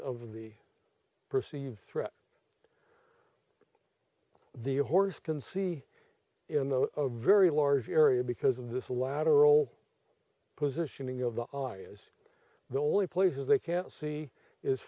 of the perceived threat the horse can see in the a very large area because of this lateral positioning of the eye is the only places they can see is